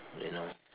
you know